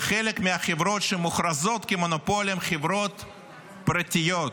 וחלק מהחברות שמוכרזות כמונופולים הן חברות פרטיות,